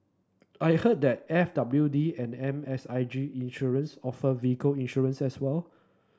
I heard that F W D and M S I G Insurance offer vehicle insurance as well